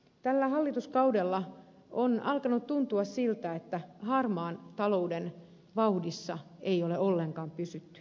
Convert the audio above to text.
tällä hallituskaudella on alkanut tuntua siltä että harmaan talouden vauhdissa ei ole ollenkaan pysytty